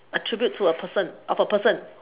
attribute to a person of a person